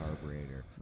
carburetor